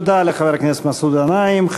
תודה לחבר הכנסת מסעוד גנאים.